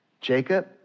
Jacob